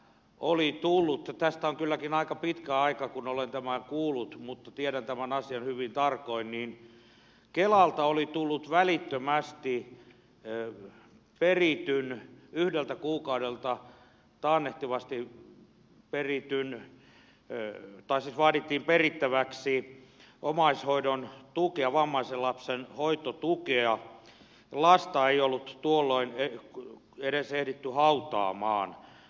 koli tullutta tästä on kylläkin aika pitkä aika kun olen tämän kuullut mutta tiedän tämän asian hyvin tarkoin oli esimerkiksi se kun perheessä oli vammainen lapsi joka oli kuollut niin kela välittömästi vaati yhdeltä kuukaudelta takaisin perittäväksi omaishoidon tukea vammaisen lapsen hoitotukea ja tätä kuollutta lasta ei ollut tuolloin edes ehditty hautaamaan